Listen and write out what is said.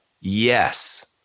Yes